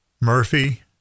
Murphy